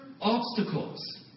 obstacles